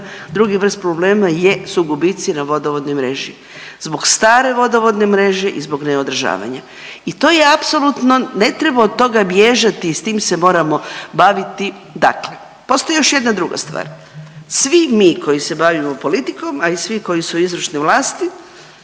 drugi vrst problema jesu gubici na vodovodnoj mreži zbog stare vodovodne mreže i zbog neodržavanja. I to je apsolutno ne treba od toga bježati s tim se moramo baviti. Dakle, postoji još jedna druga stvar, svi mi koji se bavimo politikom, a i svi koji su u izvršnoj vlasti